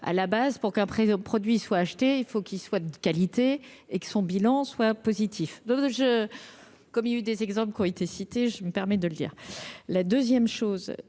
à la base pour qu'après produit soit acheté, il faut qu'ils soient de qualité et que son bilan soit positif, donc de jeu comme il y a eu des exemples qui ont été cités, je me permets de le dire, la 2ème chose